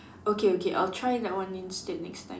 okay okay I'll try that one instead next time